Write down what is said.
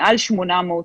מעל 800,